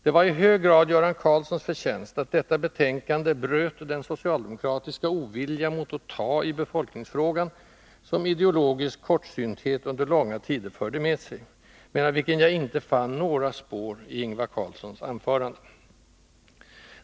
Det var i hög grad Göran Karlssons förtjänst att detta betänkande bröt den socialdemokratiska ovilja mot att ta tag i befolkningsfrågan som ideologisk kortsynthet under långa tider förde med sig, men av vilken jag inte fann några spår i Ingvar Carlssons anförande.